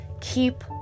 keep